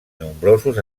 nombrosos